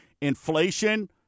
inflation